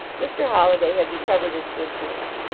mr. holliday had recovered his good humor.